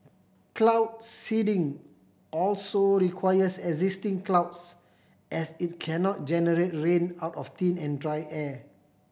cloud seeding also requires existing clouds as it cannot generate rain out of thin and dry air